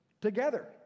together